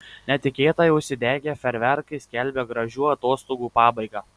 netikėtai užsidegę fejerverkai skelbia gražių atostogų pabaigą